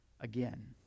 again